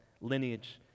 lineage